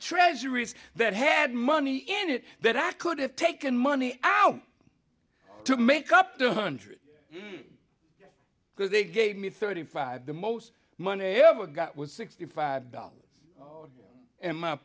treasuries that had money in it that i could have taken money to make up two hundred because they gave me thirty five the most money ever got was sixty five dollars and my